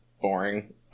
boring